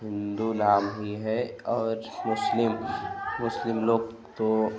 हिन्दू नाम ही है और मुस्लिम मुस्लिम लोग तो